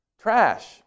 Trash